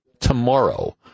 tomorrow